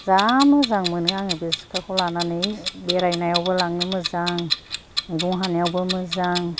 जा मोजां मोनो आं बे सिखाखौ लांनानै बेरायनायावबो लांनो मोजां मैगं हानायावबो मोजां